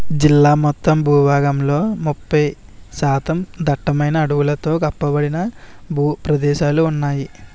జిల్లా మొత్తం భూభాగంలో ముప్పై శాతం దట్టమైన అడవులతో కప్పబడిన భూ ప్రదేశాలు ఉన్నాయి